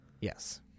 Yes